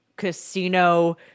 casino